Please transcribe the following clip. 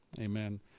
Amen